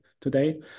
today